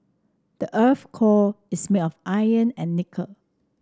the earth core is made of iron and nickel